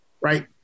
right